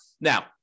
Now